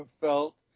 felt